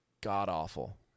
god-awful